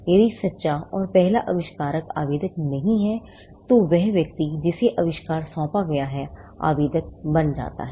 यदि सच्चा और पहला आविष्कारक आवेदक नहीं है तो वह व्यक्ति जिसे आविष्कार सौंपा गया है आवेदक बन जाता है